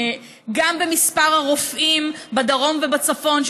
גם במספר הרופאים בדרום ובצפון,